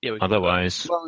Otherwise